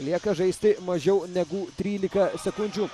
lieka žaisti mažiau negu trylika sekundžių